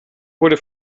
wurde